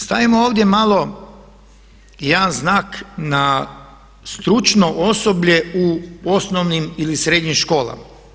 Stavimo ovdje malo jedan znak na stručno osoblje u osnovnim ili srednjim školama.